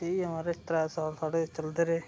ठीक ऐ महाराज त्रै साल साढ़े चलदे रेह्